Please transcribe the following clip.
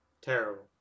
terrible